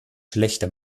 schlechte